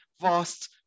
vast